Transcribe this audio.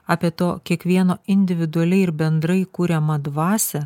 apie to kiekvieno individualiai ir bendrai kuriamą dvasią